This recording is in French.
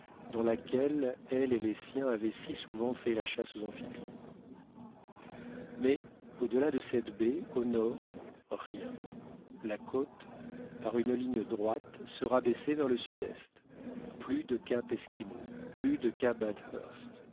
dans laquelle elle et les siens avaient si souvent fait la chasse aux amphibies mais au-delà de cette baie au nord rien la côte par une ligne droite se rabaissait vers le sud-est plus de cap esquimau plus de